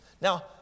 Now